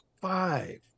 five